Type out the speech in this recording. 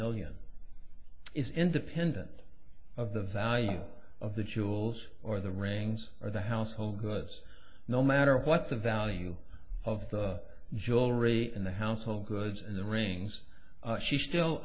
million is independent of the value of the jewels or the rings or the household goods no matter what the value of the jewelry in the household goods in the rings she still